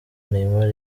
neymar